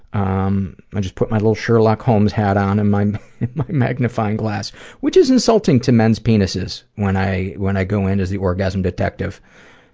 um just put my little sherlock holmes hat on and my my magnifying glass which is insulting to men's penises, when i when i go in as the orgasm detective.